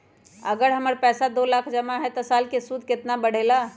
अगर हमर पैसा दो लाख जमा है त साल के सूद केतना बढेला?